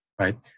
right